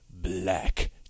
black